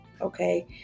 okay